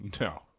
No